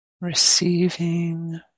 receiving